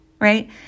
right